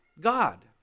God